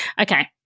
Okay